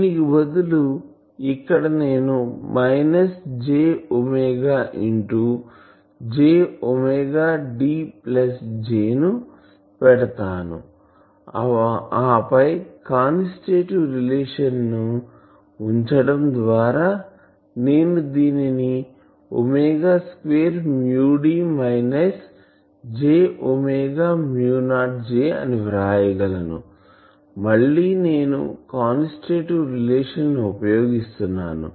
దీనికి బదులు ఇక్కడ నేను minus j into jD J ను పెడతాను ఆపై కాన్స్టిట్యూటివ్ రిలేషన్ సం ఉంచడం ద్వారా నేను దీనిని 2 D j 0 j అని వ్రాయగలను మళ్ళీ నేను కాన్స్టిట్యూటివ్ రిలేషన్ ని ఉపయోగిస్తున్నాను